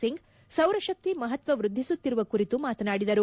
ಸಿಂಗ್ ಸೌರ ಶಕ್ತಿ ಮಹತ್ವ ವೃದ್ಧಿಸುತ್ತಿರುವ ಕುರಿತು ಮಾತನಾಡಿದರು